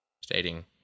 Stating